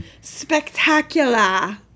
Spectacular